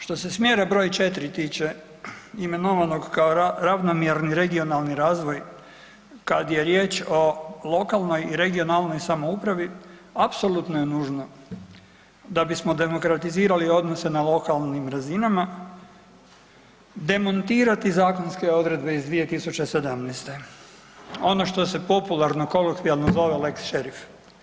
Što se smjera broj 4 tiče imenovanog kao ravnomjerni regionalni razvoj kad je riječ o lokalnoj i regionalnoj samoupravi apsolutno je nužno da bismo demokratizirali odnose na lokalnim razinama demontirati zakonske odredbe iz 2017., ono što se popularno kolokvijalno zove lex šerif.